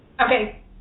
Okay